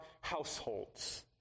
households